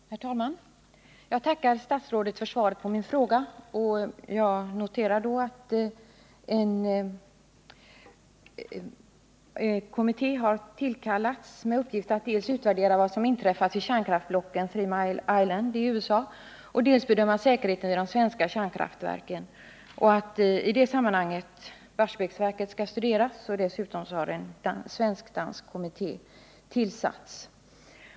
Herr talman! Jag tackar statsrådet för svaret på min fråga och noterar att en kommitté har tillsatts med uppgift att dels utvärdera vad som har inträffat vid kärnkraftsblocken Three Mile Island i USA, dels bedöma säkerheten vid de svenska kärnkraftverken. I det sammanhanget skall också Barsebäcksverket studeras. Dessutom har en svensk-dansk kommitté tillsatts.